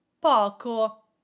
poco